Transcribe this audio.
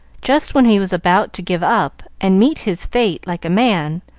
just when he was about to give up and meet his fate like a man,